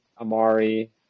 Amari